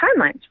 timelines